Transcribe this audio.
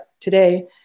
today